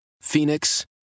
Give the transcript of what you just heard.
Phoenix